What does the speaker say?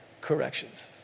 corrections